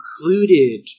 included